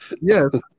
yes